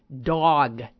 Dog